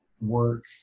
work